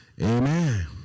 Amen